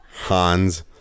Hans